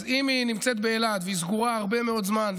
אז אם היא נמצאת באילת והיא סגורה הרבה מאוד זמן,